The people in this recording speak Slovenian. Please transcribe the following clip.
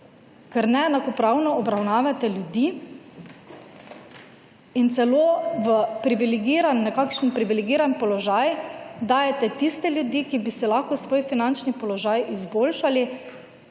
ker neenakopravno obravnavate ljudi in celo v privilegiran, nekakšen privilegiran položaj dajete tiste ljudi, ki bi se lahko svoj finančni položaj izboljšali,